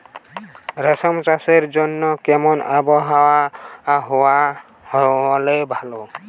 রেশম চাষের জন্য কেমন আবহাওয়া হাওয়া হলে ভালো?